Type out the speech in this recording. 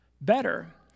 better